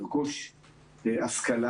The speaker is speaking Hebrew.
ולרכוש השכלה,